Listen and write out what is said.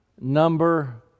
number